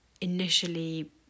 initially